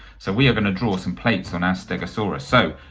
so we are gonna draw some plates on our stegosaurus, so,